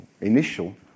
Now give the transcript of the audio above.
initial